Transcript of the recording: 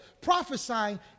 prophesying